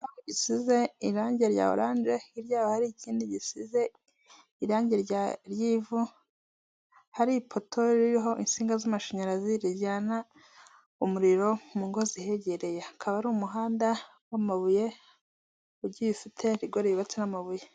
Igipango gisize irangi rya oranje hirya yaho hari ikindi gisize irangi ry'ivu, hari ipoto ririho insinga z'amashanyarazi rijyana umuriro mu ngo zihegereye, hakaba hari umuhanda w'amabuye ugifite rigore yubatse n'amabuye.